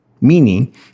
meaning